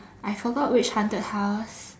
I forgot which haunted house